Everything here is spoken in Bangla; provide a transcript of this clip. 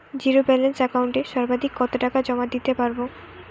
জীরো ব্যালান্স একাউন্টে সর্বাধিক কত টাকা জমা দিতে পারব?